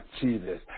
Jesus